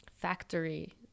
factory